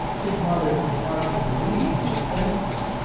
his mother could hardly believe her senses.